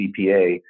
CPA